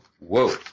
whoa